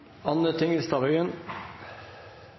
Anne Tingelstad Wøien,